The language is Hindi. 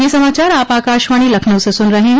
ब्रे क यह समाचार आप आकाशवाणी लखनऊ से सुन रहे हैं